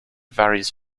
various